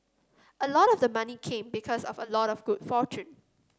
a lot of the money came because of a lot of good fortune